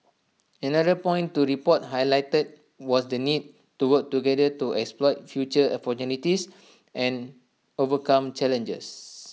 another point to the report highlighted was the need to work together to exploit future opportunities and overcome challenges